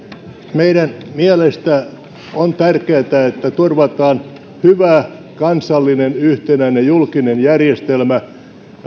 meidän mielestämme on tärkeätä että turvataan hyvä kansallinen yhtenäinen julkinen järjestelmä